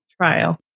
trial